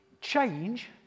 change